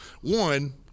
one